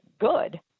good